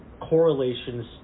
correlations